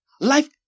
life